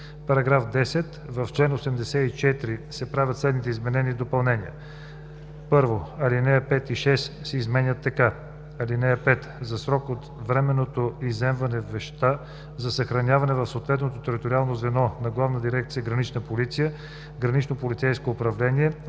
§ 10: „§ 10. В чл. 84 се правят следните изменения и допълнения: 1. Алинеи 5 и 6 се изменят така: „(5) За срока на временното изземване вещта се съхранява в съответното териториално звено на Главна дирекция „Гранична полиция“, гранично полицейско управление,